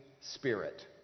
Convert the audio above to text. spirit